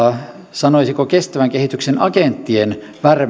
sanoisiko kestävän kehityksen agenttien